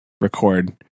record